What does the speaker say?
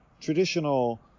traditional